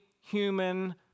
human